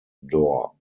door